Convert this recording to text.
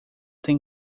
tem